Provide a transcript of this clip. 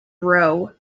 rowe